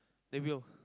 they will